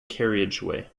carriageway